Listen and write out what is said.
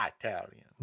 Italian